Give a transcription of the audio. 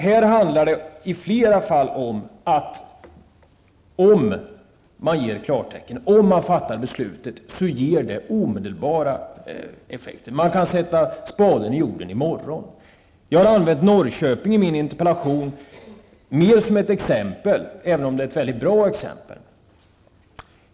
Här handlar det i flera fall om att om beslut fattas i dag, ger det omedelbart effekt. Man kan sätta spaden i jorden i morgon. Jag har använt Norrköping mera som ett exempel i min interpellation, det är ett bra exempel.